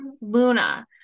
luna